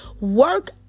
Work